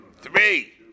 three